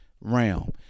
realm